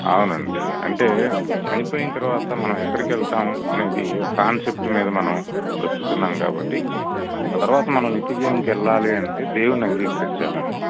అవునండి అంటే చనిపోయిన తర్వాత మనం ఎక్కడికి వెళ్తాము అనేది ఒక కాన్సెప్ట్ మీద మనం బ్రతుకుతున్నాం కాబట్టి ఆ తర్వాత మనం నిత్యజీవనానికి వెళ్లాలి అంటే దేవుడిని అంగీకరించాలండి